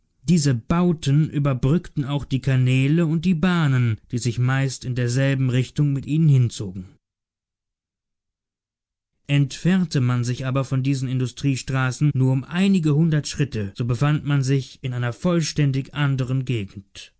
diese bauten überbrückten auch die kanäle und die bahnen die sich meist in derselben richtung mit ihnen hinzogen entfernte man sich aber von diesen industriestraßen nur um einige hundert schritte so befand man sich in einer vollständig anderen gegend